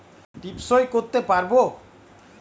টিপ সই করতে পারবো?